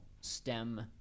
STEM